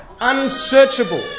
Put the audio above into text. Unsearchable